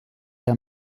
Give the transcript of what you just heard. der